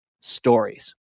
stories